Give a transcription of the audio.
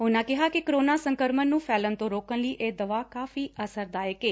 ਉਨੂਾ ਕਿਹਾ ਕਿ ਕੋਰੋਨਾ ਸੰਕਰਮਣ ਨੂੰ ਫੈਲਣ ਤੋਂ ਰੋਕਣ ਲਈ ਇਹ ਦਵਾ ਕਾਫ਼ੀ ਅਸਰਦਾਇਕ ਏ